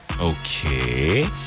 Okay